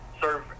serve